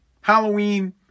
Halloween